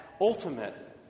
ultimate